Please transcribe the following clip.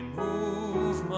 move